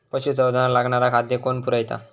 पशुसंवर्धनाक लागणारा खादय कोण पुरयता?